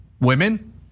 women